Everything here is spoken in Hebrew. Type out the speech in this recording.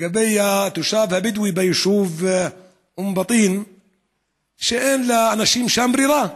לגבי התושב הבדואי ביישוב אום בטין היא שאין לאנשים שם ברירה.